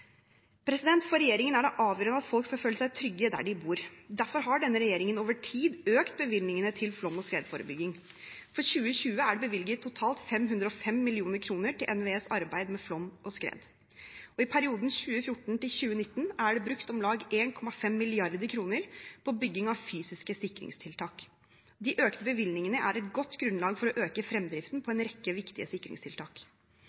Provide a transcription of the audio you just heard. For regjeringen er det avgjørende at folk skal føle seg trygge der de bor. Derfor har denne regjeringen over tid økt bevilgningene til flom- og skredforebygging. For 2020 er det bevilget totalt 505 mill. kr til NVEs arbeid med flom og skred. I perioden 2014–2019 er det brukt om lag 1,5 mrd. kr på bygging av fysiske sikringstiltak. De økte bevilgningene er et godt grunnlag for å øke fremdriften